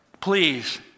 Please